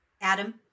Adam